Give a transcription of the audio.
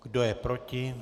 Kdo je proti?